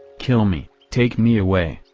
kill me, take me away!